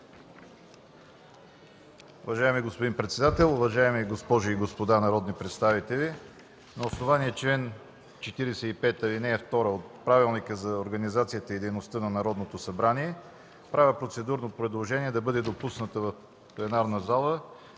Уважаеми господин председател, уважаеми госпожи и господа народни представители! На основание чл. 45, ал. 2 от Правилника за организацията и дейността на Народното събрание правя процедурно предложение да бъде допусната в пленарната зала